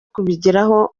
kubigiramo